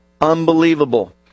Unbelievable